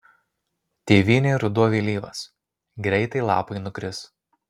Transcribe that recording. tėvynėj ruduo vėlyvas greitai lapai nukris